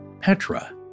Petra